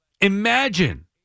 Imagine